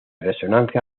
resonancia